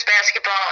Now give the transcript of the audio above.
basketball